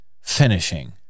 finishing